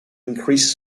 increase